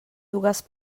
dues